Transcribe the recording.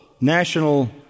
national